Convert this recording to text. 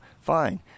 fine